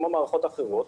כמו מערכות אחרות,